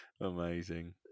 Amazing